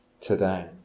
today